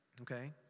Okay